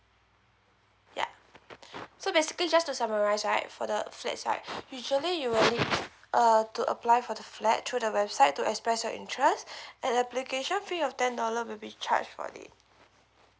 yup so basically just to summarize right for the a flat right usually you would need err to apply for the flat through the website to express your interest and application fee of ten dollar will be charged for it